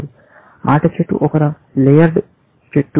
ఆట చెట్టు ఒక లేయర్డ్ చెట్టు